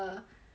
the